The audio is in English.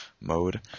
mode